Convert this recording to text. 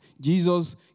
Jesus